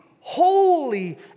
holy